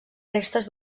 restes